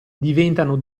diventano